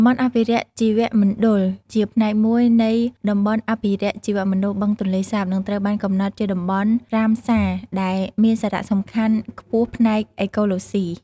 តំបន់អភិរក្សជីវមណ្ឌល ជាផ្នែកមួយនៃតំបន់អភិរក្សជីវមណ្ឌលបឹងទន្លេសាប និងត្រូវបានកំណត់ជាតំបន់ រ៉ាមសា ដែលមានសារៈសំខាន់ខ្ពស់ផ្នែកអេកូឡូស៊ី។